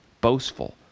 boastful